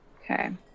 Okay